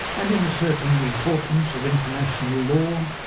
and in asserting the importance of international laws,